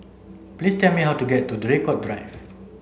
please tell me how to get to Draycott Drive